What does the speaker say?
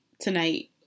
tonight